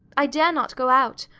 i dare not go out,